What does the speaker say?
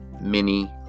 mini